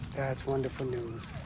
that's wonderful news.